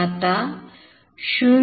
आता 0